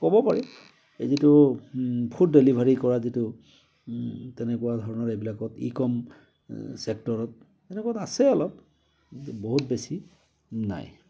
ক'ব পাৰি এই যিটো ফুড ডেলিভাৰী কৰা যিটো তেনেকুৱা ধৰণৰ এইবিলাকত ই কম ছেক্টৰত তেনেকুৱা এটা আছে অলপ কিন্তু বহুত বেছি নাই